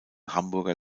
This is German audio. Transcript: hamburger